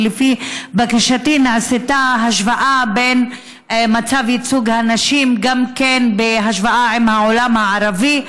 לפי בקשתי נעשתה השוואה: מצב ייצוג הנשים גם בהשוואה לעולם הערבי,